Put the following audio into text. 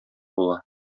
була